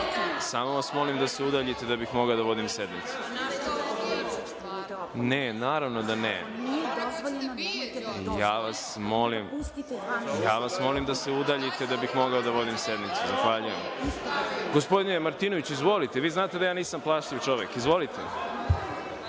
vas molim da se udaljite da bih mogao da vodim sednicu. Ja vas molim da se udaljite da bih mogao da vodim sednicu. Zahvaljujem. Gospodine Martinoviću, izvolite. Vi znate da ja nisam plašljiv čovek. Izvolite.